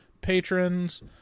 patrons